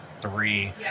three